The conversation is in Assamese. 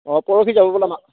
অঁ পৰহি যাব বোলে মা